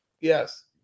Yes